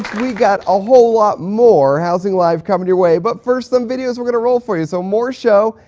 we got a whole lot more housing live! coming your way, but first some videos we're going roll for you. so more show,